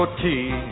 tea